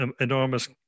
enormous